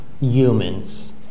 humans